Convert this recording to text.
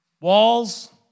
walls